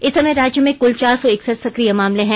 इस समय राज्य में कुल चार सौ इकसठ सक्रिय मामले हैं